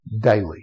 daily